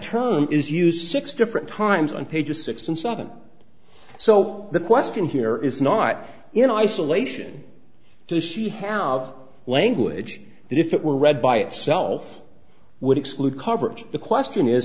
term is used six different times on pages six and seven so the question here is not in isolation does she have language that if it were read by itself would exclude coverage the question is